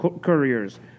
Couriers